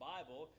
Bible